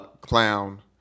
clown